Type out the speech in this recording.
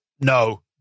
no